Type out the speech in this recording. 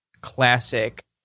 classic